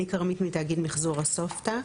אני כרמית מתאגיד מחזור אסופתא.